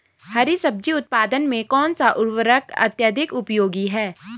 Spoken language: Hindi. हरी सब्जी उत्पादन में कौन सा उर्वरक अत्यधिक उपयोगी है?